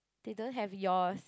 they don't have yours